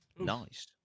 Nice